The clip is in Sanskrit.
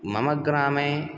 मम ग्रामे